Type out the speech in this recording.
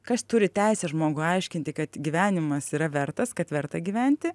kas turi teisę žmogui aiškinti kad gyvenimas yra vertas kad verta gyventi